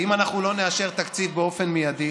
אם אנחנו לא נאשר תקציב באופן מיידי